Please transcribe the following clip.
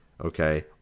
Okay